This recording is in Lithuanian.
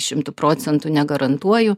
šimtu procentų negarantuoju